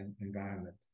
environment